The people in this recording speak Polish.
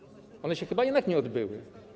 One się chyba jednak nie odbyły.